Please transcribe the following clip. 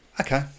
okay